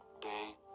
day